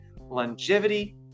longevity